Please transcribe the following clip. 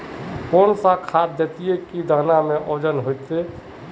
कौन खाद देथियेरे जे दाना में ओजन होते रेह?